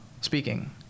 speaking